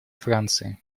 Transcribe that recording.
франции